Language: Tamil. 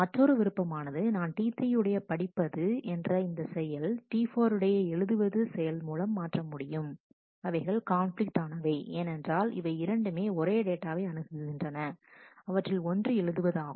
மற்றொரு விருப்பமானது நான் T3 உடைய படிப்பது என்ற இந்த செயல் T4 உடைய எழுதுவது செயல் மூலம் மாற்ற முடியும் அவைகள் கான்பிலிக்டானவை ஏனென்றால் அவை இரண்டுமே ஒரே டேட்டாவை அணுகுகின்றன அவற்றில் ஒன்று எழுதுவது ஆகும்